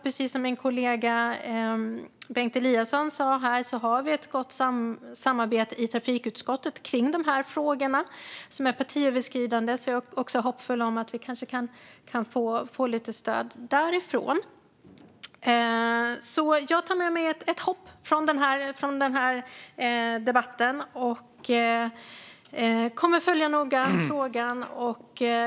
Precis som min kollega Bengt Eliasson sa har vi ett gott samarbete kring dessa frågor i trafikutskottet - ett samarbete som är partiöverskridande, så jag är hoppfull om att vi kanske kan få lite stöd därifrån. Jag tar alltså med mig ett hopp från denna debatt och kommer att följa frågan noga.